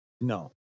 No